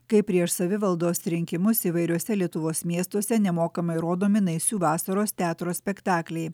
kai prieš savivaldos rinkimus įvairiuose lietuvos miestuose nemokamai rodomi naisių vasaros teatro spektakliai